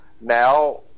Now